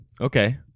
Okay